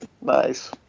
Nice